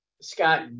Scott